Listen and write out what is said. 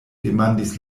demandis